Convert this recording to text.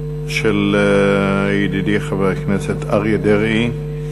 של ידידי חבר הכנסת אריה דרעי,